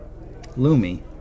Lumi